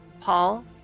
Paul